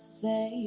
say